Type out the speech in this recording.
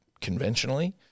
conventionally